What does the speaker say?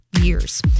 years